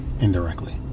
indirectly